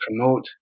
promote